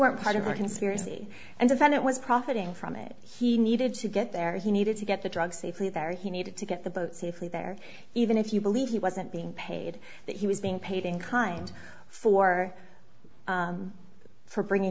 weren't part of a conspiracy and the senate was profiting from it he needed to get there he needed to get the drug safely that he needed to get the boat safely there even if you believe he wasn't being paid that he was being paid in kind for for bringing